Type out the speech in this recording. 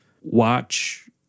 watch